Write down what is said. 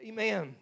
Amen